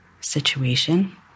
situation